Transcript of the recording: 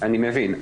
אני מבין.